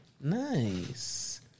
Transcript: Nice